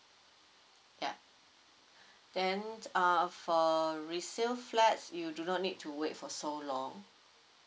ya then uh for resale flat you do not need to wait for so long